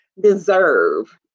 deserve